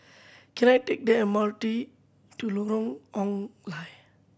can I take the M R T to Lorong Ong Lye